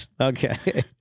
Okay